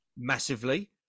Massively